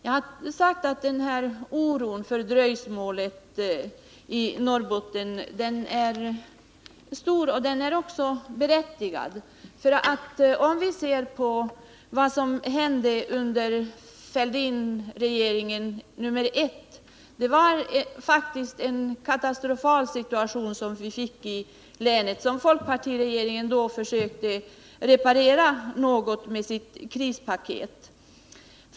I Norrbotten är oron över dröjsmålet stor, och den är berättigad. Om vi ser på vad som hände under regeringen Fälldin nr 1 finner vi att länet hamnade i en katastrofal situation, som folkpartiregeringen sedan försökte att något reparera med sitt krispaket.